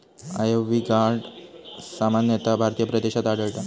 ivy gourd सामान्यतः भारतीय प्रदेशात आढळता